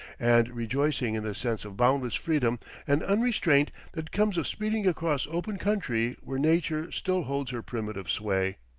and rejoicing in the sense of boundless freedom and unrestraint that comes of speeding across open country where nature still holds her primitive sway.